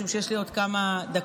משום שיש לי עוד כמה דקות,